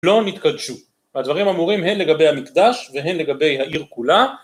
לא נתקדשו הדברים אמורים הם לגבי המקדש והם לגבי העיר כולה